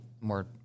more